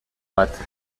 bat